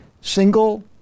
single